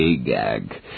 Agag